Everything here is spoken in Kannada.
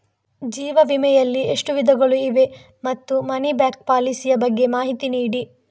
ಜೀವ ವಿಮೆ ಯಲ್ಲಿ ಎಷ್ಟು ವಿಧಗಳು ಇವೆ ಮತ್ತು ಮನಿ ಬ್ಯಾಕ್ ಪಾಲಿಸಿ ಯ ಬಗ್ಗೆ ಮಾಹಿತಿ ನೀಡಿ?